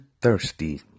Thirsty